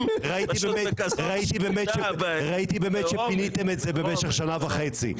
ראיתי באמת שפיניתם את זה במשך שנה וחצי,